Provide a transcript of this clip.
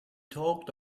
talked